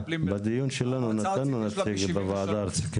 בדיון שלנו נתנו נציג בוועדה הארצית.